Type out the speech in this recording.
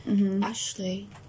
Ashley